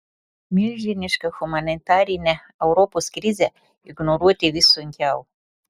milžinišką humanitarinę europos krizę ignoruoti vis sunkiau